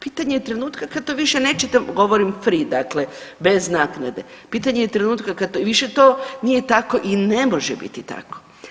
Pitanje je trenutka kad to više nećete, govorim free dakle bez naknade, pitanje je trenutka kad to, više to nije tako i ne može biti tako.